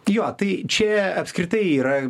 jo tai čia apskritai yra